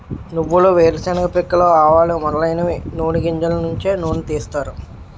నువ్వులు వేరుశెనగ పిక్కలు ఆవాలు మొదలైనవి నూని గింజలు నుంచి నూనె తీస్తారు